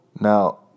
Now